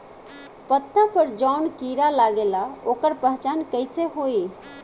पत्ता पर जौन कीड़ा लागेला ओकर पहचान कैसे होई?